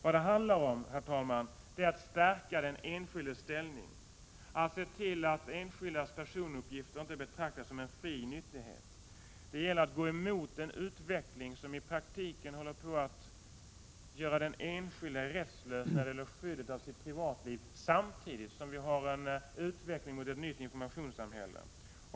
Vad det handlar om, herr talman, är att stärka den enskildes ställning och att se till att enskildas personuppgifter inte betraktas som en fri nyttighet. Det gäller att gå emot en utveckling, som i praktiken håller på att göra den enskilde rättslös när det gäller skyddet av privatlivet. Samtidigt har vi en utveckling mot ett nytt informationssamhälle.